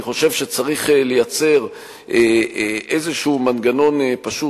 אני חושב שצריך לייצר איזשהו מנגנון פשוט,